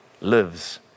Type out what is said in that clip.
lives